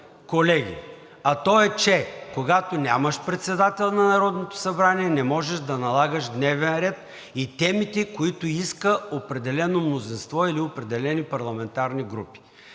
колеги, а то е, че когато нямаш председател на Народното събрание, не можеш да налагаш дневен ред и темите, които иска определено мнозинство или определени парламентарни групи.